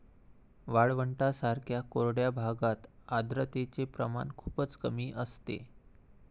वाळवंटांसारख्या कोरड्या भागात आर्द्रतेचे प्रमाण खूपच कमी असते